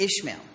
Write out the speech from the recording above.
Ishmael